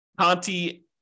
Conti